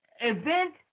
event